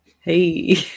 Hey